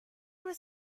was